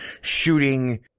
shooting